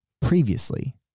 previously